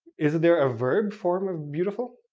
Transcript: isn't there a verb form of beautiful?